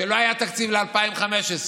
כשלא היה תקציב ל-2015,